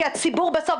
כי הציבור בסוף,